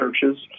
churches